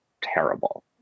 terrible